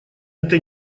этой